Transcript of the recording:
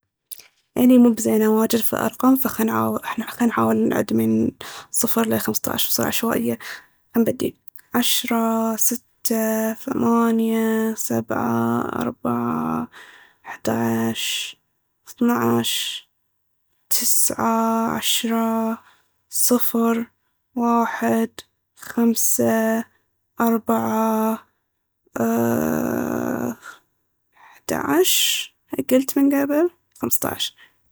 اني مب زينة واجد في الارقام فخل نحاول نعد من صفر لي خمسطعش بصورة عشوائية. خل نبدي- عشرة ستة ثمانية سبعة اربعة احدعش اثنعش تسعة عشرة صفر واحد خمسة اربعة احدعش، قلت من قبل؟ خمسطعش.